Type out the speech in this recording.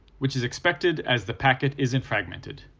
which is expected as the packet isn't fragmented.